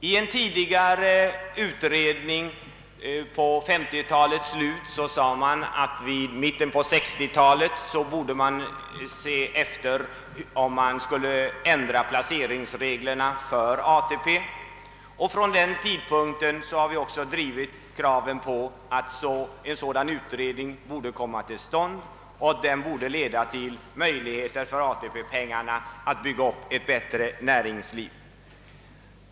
I en utredning som gjordes under slutet av 1950-talet framhölls, att man vid mitten av 1960-talet borde undersöka om placeringsreglerna för ATP skulle ändras. Från den tidpunkten har vi också drivit kravet att en sådan utredning borde komma till stånd, så att möjligheter att med ATP-pengarna bygga upp ett bättre näringsliv kunde skapas.